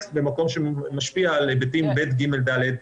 טקסט במקום שבו הוא משפיע על היבטים ב', ג', ד'